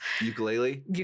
Ukulele